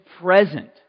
present